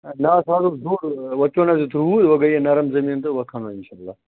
نَہ حظ وَ گٔے یہِ نَرَم زٔمیٖن تہٕ وَ کھَنو یہِ اِنشاء اللہ